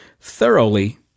thoroughly